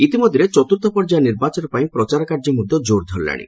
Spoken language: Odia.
ଇତିମଧ୍ୟରେ ଚତୁର୍ଥ ପର୍ଯ୍ୟାୟ ନିର୍ବାଚନ ପାଇଁ ପ୍ରଚାର କାର୍ଯ୍ୟ ମଧ୍ୟ କୋର ଧରିଲାଣି